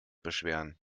beschweren